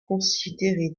considéré